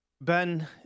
Ben